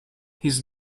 his